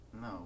No